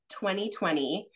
2020